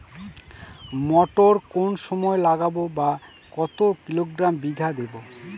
মটর কোন সময় লাগাবো বা কতো কিলোগ্রাম বিঘা দেবো?